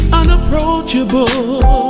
unapproachable